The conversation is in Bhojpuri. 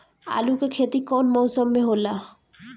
आलू के खेती कउन मौसम में होला?